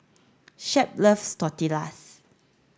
Shep loves Tortillas